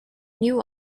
knew